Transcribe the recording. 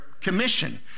commission